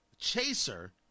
Chaser